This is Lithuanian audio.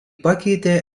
pakeitė